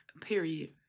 period